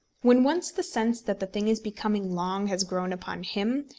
when once the sense that the thing is becoming long has grown upon him,